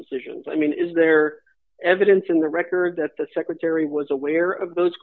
decisions i mean is there evidence in the record that the secretary was aware of those